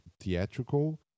theatrical